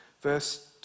verse